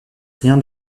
rien